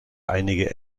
einige